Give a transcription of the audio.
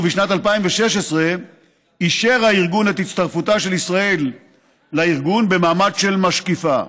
ובשנת 2016 אישר הארגון את הצטרפותה של ישראל לארגון במעמד של משקיפה.